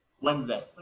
Wednesday